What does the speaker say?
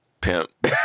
Pimp